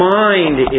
mind